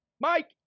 Mike